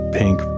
pink